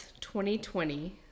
2020